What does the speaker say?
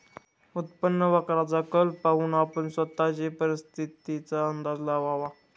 उत्पन्न वक्राचा कल पाहून आपण स्वतःच परिस्थितीचा अंदाज लावावा